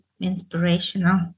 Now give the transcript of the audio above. inspirational